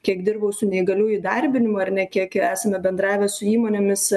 kiek dirbau su neįgaliųjų įdarbinimu ar ne kiek esame bendravę su įmonėmis